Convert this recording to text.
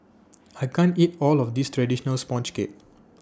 I can't eat All of This Traditional Sponge Cake